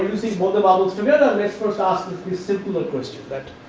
the bubbles together, let first ask this simpler question that.